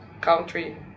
country